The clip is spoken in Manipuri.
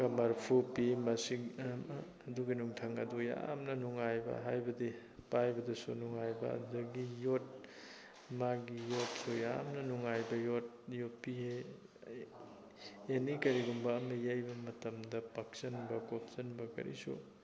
ꯒ ꯃꯔꯐꯨ ꯄꯤ ꯑꯗꯨꯒ ꯅꯨꯡꯊꯪ ꯑꯗꯣ ꯌꯥꯝꯅ ꯅꯨꯡꯉꯥꯏꯕ ꯍꯥꯏꯕꯗꯤ ꯄꯥꯏꯕꯗꯁꯨ ꯅꯨꯡꯉꯥꯏꯕ ꯑꯗꯨꯗꯒꯤ ꯌꯣꯠ ꯃꯥꯒꯤ ꯌꯣꯠꯇꯣ ꯌꯥꯝꯅ ꯅꯨꯡꯉꯥꯏꯕ ꯌꯣꯠ ꯌꯣꯄꯤ ꯑꯦꯅꯤ ꯀꯔꯤꯒꯨꯝꯕ ꯑꯃ ꯌꯩꯕ ꯃꯇꯝꯗ ꯄꯥꯛꯁꯟꯕ ꯀꯣꯞꯁꯟꯕ ꯀꯔꯤꯁꯨ